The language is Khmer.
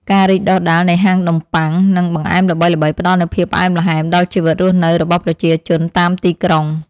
ការរីកដុះដាលនៃហាងនំបុ័ង និងបង្អែមល្បីៗផ្ដល់នូវភាពផ្អែមល្ហែមដល់ជីវិតរស់នៅរបស់ប្រជាជនតាមទីក្រុង។